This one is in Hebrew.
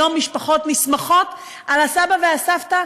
היום משפחות נסמכות על הסבא והסבתא,